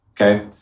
Okay